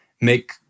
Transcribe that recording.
make